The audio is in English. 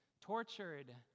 tortured